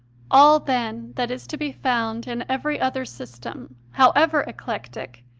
all, then, that is to be found in every other system, however eclectic,